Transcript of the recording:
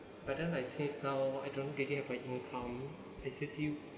but then like since now I don't really have an income it's just you